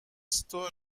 store